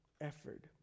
effort